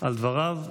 על דבריו.